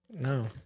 No